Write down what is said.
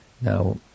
now